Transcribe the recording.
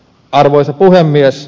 arvoisa puhemies